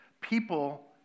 people